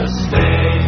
stay